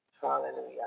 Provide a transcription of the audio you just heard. Hallelujah